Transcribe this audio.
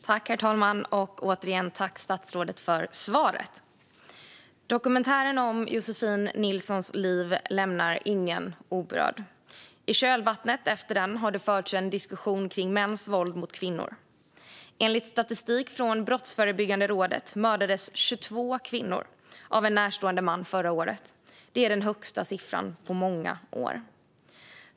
Herr talman! Tack, statsrådet, för svaret! Dokumentären om Josefin Nilssons liv lämnar ingen oberörd. I kölvattnet efter dokumentären har det förts en diskussion om mäns våld mot kvinnor. Enligt statistik från Brottsförebyggande rådet mördades 22 kvinnor av en närstående man förra året. Det är den högsta siffran på många år.